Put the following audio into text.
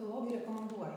filogai rekomenduoja